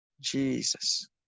Jesus